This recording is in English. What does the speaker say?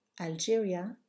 Algeria